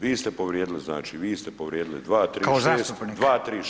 Vi ste povrijedili, znači vi ste povrijedili 236.